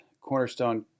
Cornerstone